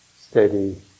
steady